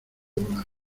volar